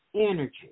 energy